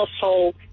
household